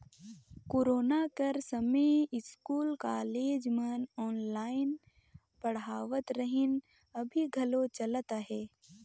corona कर समें school, college मन ऑनलाईन पढ़ावत रहिन, अभीं घलो चलत अहे